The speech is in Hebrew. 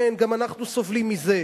כן, גם אנחנו סובלים מזה.